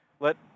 let